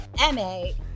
m-a